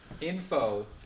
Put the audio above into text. Info